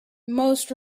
most